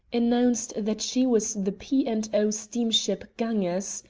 announced that she was the p. and o. steamship ganges,